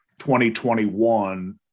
2021